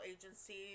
agency